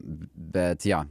bet jo